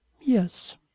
Yes